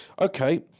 Okay